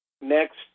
next